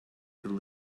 could